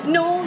no